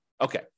Okay